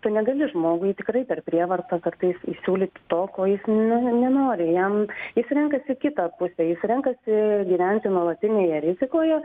tu negali žmogui tikrai per prievartą kartais įsiūlyt to ko jis nu nenori jam jis renkasi kitą pusę jis renkasi gyventi nuolatinėje rizikoje